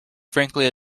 frankly